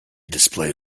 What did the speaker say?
display